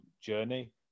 journey